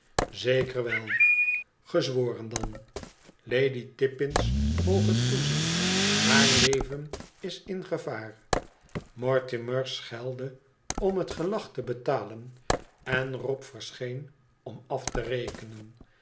zweren welzeker gezworen dan lady tippins moge toezien haar leven is in gevaar mortimer schelde om het gelag te betalen en rob verscheen om af te rekenen